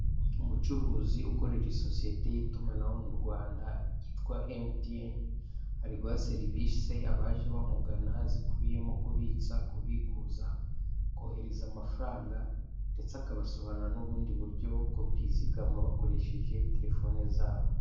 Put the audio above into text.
Umucuruzi ukorera isosiyete y'itumanaho mu Rwanda yitwa MTN, ari guha serivise abaje bamugana, zikubiyemo kubitsa, kubikuza, kohereza amafaranga ndetse akabasobanurira n'ubundi buryo bwo kwizigama bakoresheje telefone zabo.